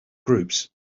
groups